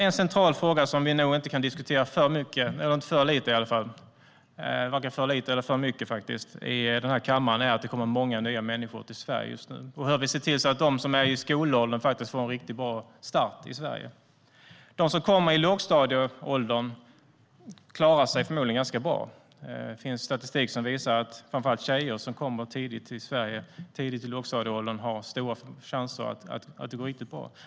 En central fråga som vi varken kan diskutera för lite eller för mycket i kammaren är att det kommer många nya människor till Sverige nu och hur vi ska se till att de som är i skolåldern får en bra start i Sverige. De som kommer i lågstadieåldern klarar sig förmodligen ganska bra. Det finns statistik som visar att för framför allt tjejer som kommer till Sverige i lågstadieåldern är det god chans att det går bra.